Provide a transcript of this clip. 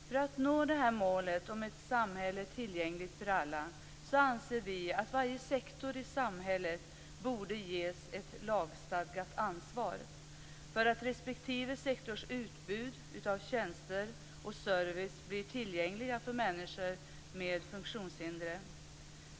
För att nå målet Ett samhälle tillgängligt för alla anser vi att varje sektor i samhället borde ges ett lagstadgat ansvar för att respektive sektors utbud av tjänster och service blir tillgängliga för människor med funktionshinder.